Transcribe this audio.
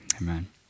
Amen